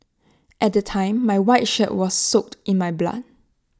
at the time my white shirt was soaked in my blood